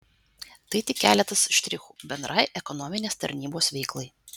tai tik keletas štrichų bendrai ekonominės tarnybos veiklai